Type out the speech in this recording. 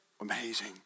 amazing